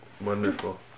Wonderful